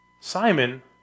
Simon